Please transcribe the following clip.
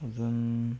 अजून